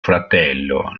fratello